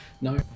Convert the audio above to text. No